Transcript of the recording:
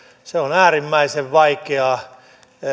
se on äärimmäisen vaikeaa